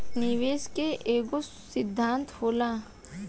निवेश के एकेगो सिद्धान्त होला